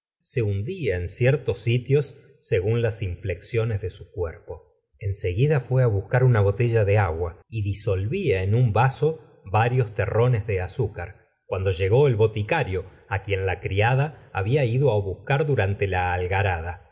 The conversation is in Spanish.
se hundía en ciertos sitios según las inflexiones de su cuerpo en seguida fué á buscar una botella de agua y disolvia en un vaso varios terrones de azúcar cuando llegó el boticario á quien la criada había ido á buscar durante la algarada